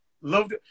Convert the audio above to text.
loved